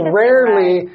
rarely